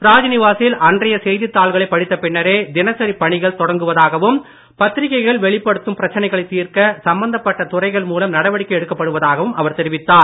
ராஜ்நிவாசில் அன்றைய செய்தித் தாள்களை படித்த பின்னரே தினசரிப் பணிகள் தொடங்குவதாகவும் பத்திரிக்கைகள் வெளிப்படுத்தும் பிரச்சனைகளை தீர்க்க சம்பந்தப்பட்ட துறைகள் மூலம் நடவடிக்கை எடுக்கப்படுவதாகவும் அவர் தெரிவித்தார்